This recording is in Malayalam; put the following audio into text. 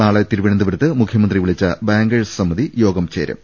നാളെ തിരുവന്ന്തപുരത്ത് മുഖ്യ മന്ത്രി വിളിച്ച ബാങ്കേഴ്സ് സമിതി യോഗം ചേരും